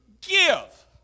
give